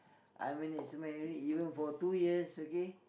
I managed my urine even for two years okay